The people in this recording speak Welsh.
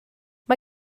mae